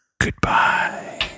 goodbye